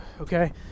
okay